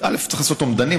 צריך לעשות אומדנים,